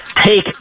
Take